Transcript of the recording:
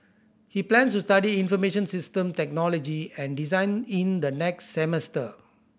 he plans to study information system technology and design in the next semester